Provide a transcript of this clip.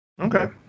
Okay